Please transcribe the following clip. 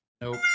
Nope